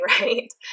right